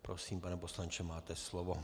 Prosím, pane poslanče, máte slovo.